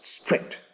strict